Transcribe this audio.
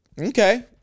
okay